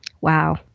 Wow